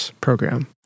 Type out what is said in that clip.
program